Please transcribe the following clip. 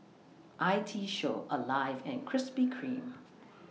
I T Show Alive and Krispy Kreme